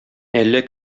әллә